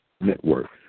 Network